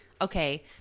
okay